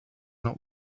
not